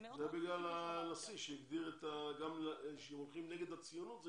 זה בגלל הנשיא שהגדיר את זה שכשהם הולכים נגד הציונות,